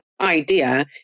idea